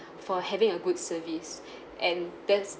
for having a good service and that's